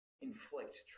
inflict